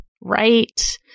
right